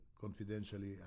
confidentially